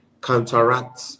counteract